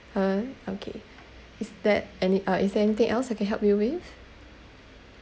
okay is that any uh is there anything else I can help you with